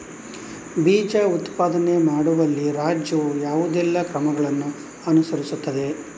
ಬೀಜ ಉತ್ಪಾದನೆ ಮಾಡುವಲ್ಲಿ ರಾಜ್ಯವು ಯಾವುದೆಲ್ಲ ಕ್ರಮಗಳನ್ನು ಅನುಕರಿಸುತ್ತದೆ?